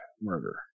murder